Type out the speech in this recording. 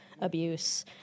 abuse